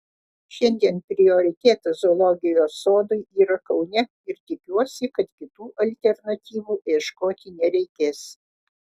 šiandien prioritetas zoologijos sodui yra kaune ir tikiuosi kad kitų alternatyvų ieškoti nereikės